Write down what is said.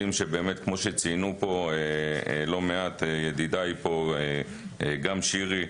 וכמו שציינו פה ידידיי גם שירי,